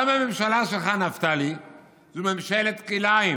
גם הממשלה שלך, נפתלי, זו ממשלת כלאיים.